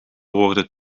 woorden